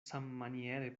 sammaniere